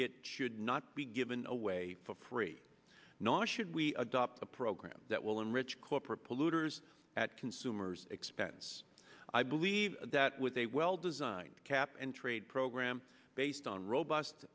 it should not be given away for free not should we adopt a program that will enrich corporate polluters at consumers expense i believe that with a well designed cap and trade program based on robust